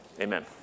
Amen